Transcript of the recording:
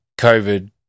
COVID